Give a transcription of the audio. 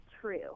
true